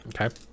Okay